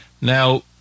Now